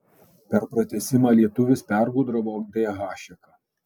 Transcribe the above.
per pratęsimą lietuvis pergudravo d hašeką